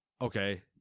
Okay